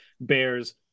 bears